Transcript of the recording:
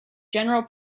general